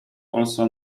also